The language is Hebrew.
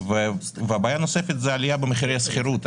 בעיה נוספת היא עלייה במחירי השכירות.